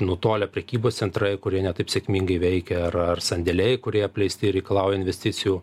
nutolę prekybos centrai kurie ne taip sėkmingai veikia ar ar sandėliai kurie apleisti ir reikalauja investicijų